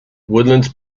woodlands